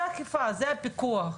זה האכיפה, זה הפיקוח.